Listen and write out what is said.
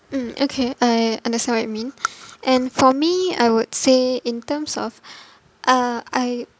mm okay I understand what you mean and for me I would say in terms of uh I